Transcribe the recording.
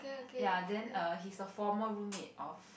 ya then err he is the former roommate of